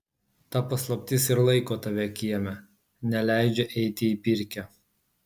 ta paslaptis ir laiko tave kieme neleidžia eiti į pirkią